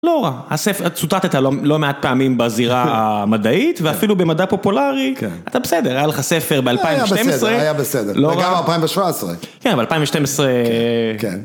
לא רע, הספר, צוטטת לא מעט פעמים בזירה המדעית ואפילו במדע פופולרי, אתה בסדר, היה לך ספר ב-2012 היה בסדר, היה בסדר, וגם ב-2017 כן, ב-2012... כן